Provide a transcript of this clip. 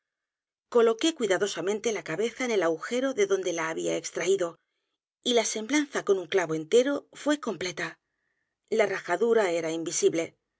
coloqué cuidadosamente la cabeza en el a g u jero de donde la había extraído y la semblanza con un clavo entero fué completa la rajadura era invisible